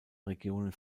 regionen